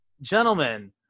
gentlemen